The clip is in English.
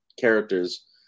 characters